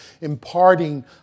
imparting